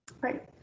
Right